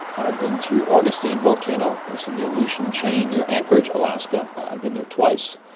i've been to augustine volcano, which is in the aleutian chain near anchorage, alaska, i've been there twice,